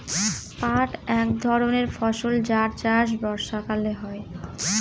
পাট এক ধরনের ফসল যার চাষ বর্ষাকালে হয়